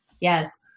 yes